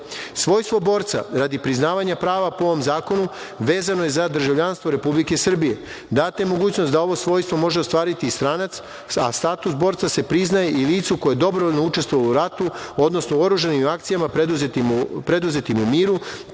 godine. Svojstvo borca radi priznavanja prava po ovom zakonu vezano je za državljanstvo Republike Srbije. Data je mogućnost da ovo svojstvo može ostvariti stranac a status borca se priznaje i licu koje dobrovoljno učestvuje u ratu, odnosno u oružanim akcijama preduzetim u miru,